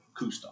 Kustoff